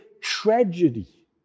tragedy